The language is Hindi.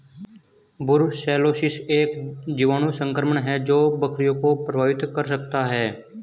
ब्रुसेलोसिस एक जीवाणु संक्रमण है जो बकरियों को प्रभावित कर सकता है